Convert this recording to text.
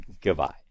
Goodbye